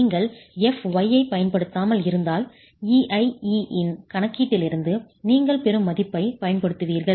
நீங்கள் fy ஐப் பயன்படுத்தாமல் இருந்தால் εiE இன் கணக்கீட்டிலிருந்து நீங்கள் பெறும் மதிப்பைப் பயன்படுத்துவீர்கள்